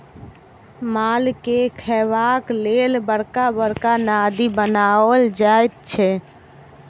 मालके खयबाक लेल बड़का बड़का नादि बनाओल जाइत छै